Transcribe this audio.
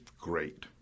Great